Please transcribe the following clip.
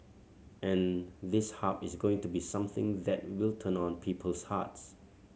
and this Hub is going to be something that will turn on people's hearts